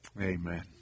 Amen